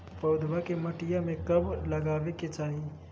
पौधवा के मटिया में कब लगाबे के चाही?